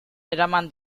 eraman